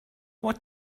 what